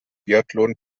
biathlon